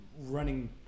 running